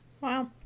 Wow